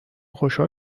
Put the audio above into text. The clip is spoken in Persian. خوشحال